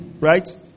right